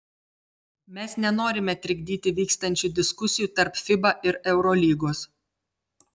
mes nenorime trikdyti vykstančių diskusijų tarp fiba ir eurolygos